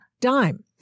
dime